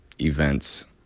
events